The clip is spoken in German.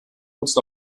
nutzt